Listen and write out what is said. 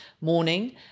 morning